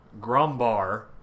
Grumbar